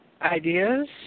ideas